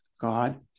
God